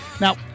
Now